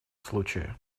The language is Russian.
случая